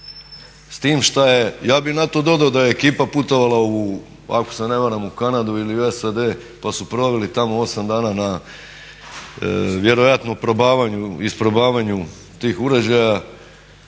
ja bih na to dodao da je ekipa putovala u ako se ne varam u Kanadu ili u SAD pa su proveli tamo 8 dana na vjerojatno isprobavanju tih uređaja